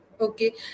Okay